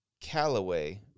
Callaway